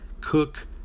Cook